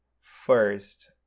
first